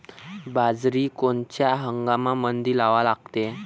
बाजरी कोनच्या हंगामामंदी लावा लागते?